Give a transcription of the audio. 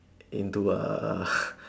into a